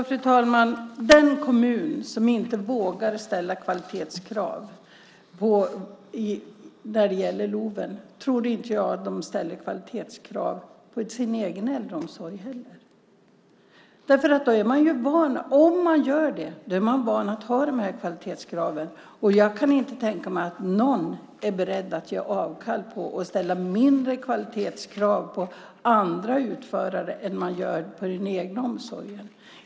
Fru talman! Den kommun som inte vågar ställa kvalitetskrav när det gäller LOV tror jag inte heller ställer kvalitetskrav på sin egen äldreomsorg. Om man gör det är man ju van vid att ha de här kvalitetskraven, och jag kan inte tänka mig att någon är beredd att ge avkall på och ställa mindre kvalitetskrav på andra utförare än man gör på den egna omsorgen.